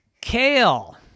Kale